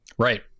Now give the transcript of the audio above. right